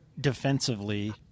defensively